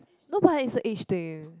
no but is a age thing